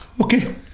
Okay